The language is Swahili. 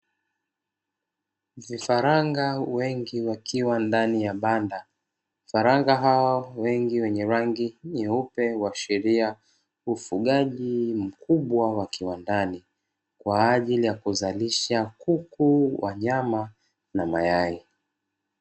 Vifaranga wengi wakiwa ndani ya banda, vifaranga hao wengi wenye rangi nyeupe kuashiria ufugaji mkubwa wa kiwandani kwa ajili ya kuzalisha kuku wa nyama na mayai.